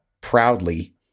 proudly